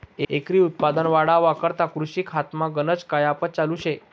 एकरी उत्पन्न वाढावा करता कृषी खातामा गनज कायपात चालू शे